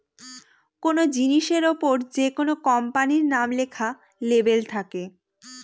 কোনো জিনিসের ওপর যেকোনো কোম্পানির নাম লেখা লেবেল থাকে